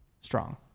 strong